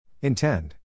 Intend